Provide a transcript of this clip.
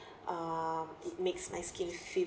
um it makes my skin feel